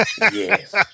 Yes